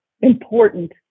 important